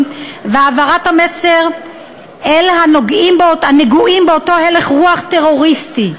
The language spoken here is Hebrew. והעברת המסר אל הנגועים באותו הלך רוח טרוריסטי: